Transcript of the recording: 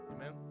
Amen